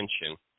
attention